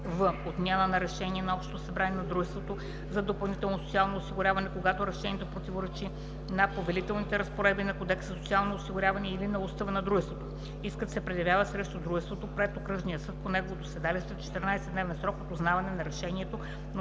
в) отмяна на решение на общото събрание на дружество за допълнително социално осигуряване, когато решението противоречи на повелителните разпоредби на Кодекса за социално осигуряване или на устава на дружеството; искът се предявява срещу дружеството пред окръжния съд по неговото седалище в 14-дневен срок от узнаване за решението,